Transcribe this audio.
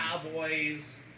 Cowboys